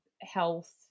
health